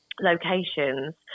locations